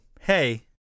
hey